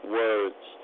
words